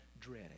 dread